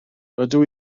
rydw